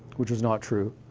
which is not true.